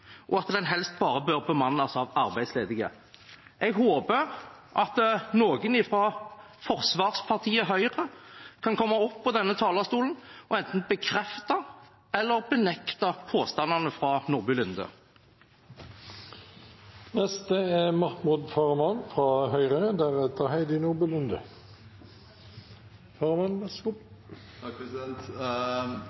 og at den helst bare bør bemannes av arbeidsledige. Jeg håper at noen fra forsvarspartiet Høyre kan komme opp på denne talerstolen og enten bekrefte eller benekte påstandene fra Nordby Lunde. Jeg opplever at foregående taler leser innlegget fra representanten Nordby Lunde